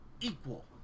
equal